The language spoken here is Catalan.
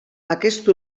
aquest